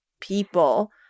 people